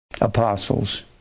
apostles